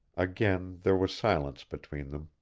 again there was silence between them.